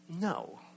no